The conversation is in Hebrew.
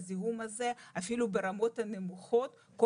אפילו ברמות הנמוכות הזיהום נשאר,